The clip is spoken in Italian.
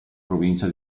provincia